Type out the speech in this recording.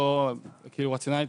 רציונלית,